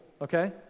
okay